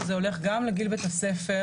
שזה הולך גם לגיל בית הספר,